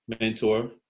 mentor